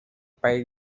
país